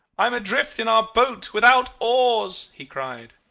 i am adrift in our boat without oars he cried.